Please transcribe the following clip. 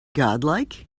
godlike